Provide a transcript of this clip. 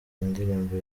indirimbo